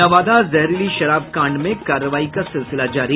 नवादा जहरीली शराब कांड में कार्रवाई का सिलसिला जारी